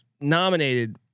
nominated